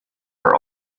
are